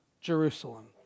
Jerusalem